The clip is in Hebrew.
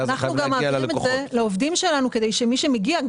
אמרנו את זה לעובדים שלנו כדי שמי שמגיע,